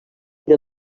del